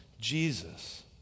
Jesus